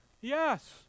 Yes